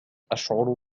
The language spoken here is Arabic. أشعر